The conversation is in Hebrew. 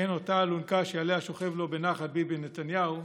כן, אותה אלונקה שעליה שוכב לו בנחת ביבי נתניהו,